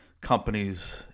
companies